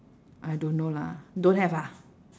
I don't know lah don't have ah